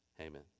Amen